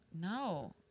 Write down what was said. No